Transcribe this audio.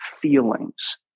feelings